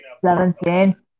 Seventeen